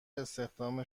استخدام